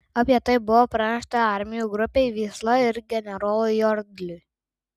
apie tai buvo pranešta armijų grupei vysla ir generolui jodliui